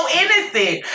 innocent